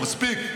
מספיק,